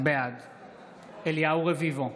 בעד אליהו רביבו,